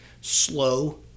slow